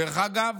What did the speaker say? דרך אגב,